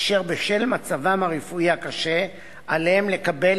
אשר בשל מצבם הרפואי הקשה עליהם לקבל